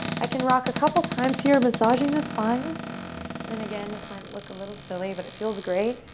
i can rock a couple times here. massaging the spine and again, this might look a little silly, but it feels great.